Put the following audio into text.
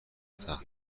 تخت